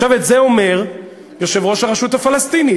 עכשיו, את זה אומר יושב-ראש הרשות הפלסטינית.